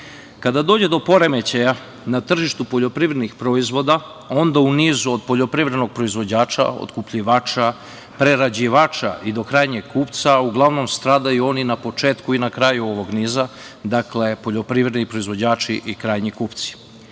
dođe do poremećaja na tržištu poljoprivrednih proizvoda, onda u nizu od poljoprivrednog proizvođača, otkupljivača, prerađivača i do krajnjeg kupca uglavnom stradaju oni na početku i na kraju ovog niza, dakle poljoprivredni proizvođači i krajnji